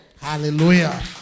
Hallelujah